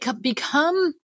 become